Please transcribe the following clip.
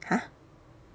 !huh!